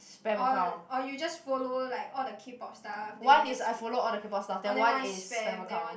oh or you just follow like all the K-Pop stuff then you just oh then one is spam then one